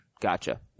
Gotcha